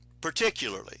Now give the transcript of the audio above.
particularly